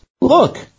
Look